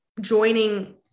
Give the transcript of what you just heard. joining